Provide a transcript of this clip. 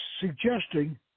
suggesting